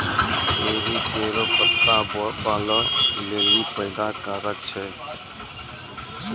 करी केरो पत्ता बालो लेलि फैदा कारक छै